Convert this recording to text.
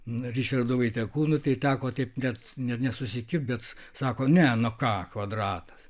ričardu vaitekūnu tai teko taip bet ne nesusikibt bet sako ne nu ką kvadratas